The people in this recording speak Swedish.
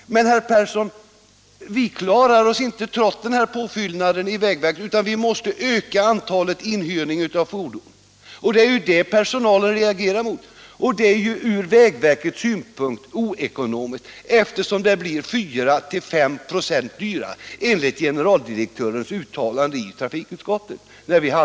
Men vägverket klarar sig'inte, trots denna påfyllning, utan måste öka antalet inhyrningar av fordon. Och det är det personalen reagerar mot. Det är från vägverkets synpunkt oekonomiskt eftersom det blir 4-5 96 dyrare, enligt vad generaldirektören sade vid en hearing i trafikutskottet.